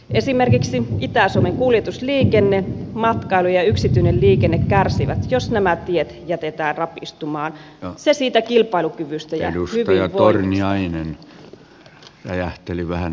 esimerkiksi itä suomen kuljetusliikenne matkailu ja yksityinen liikenne kärsivät jos nämä tiet jätetään rapistumaan se siitä kilpailukyvystä ja hyvinvoinnista